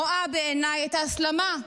רואה בעיניי את ההסלמה,